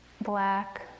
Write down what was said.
black